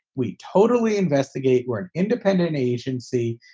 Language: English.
we totally investigate. we're an independent agency.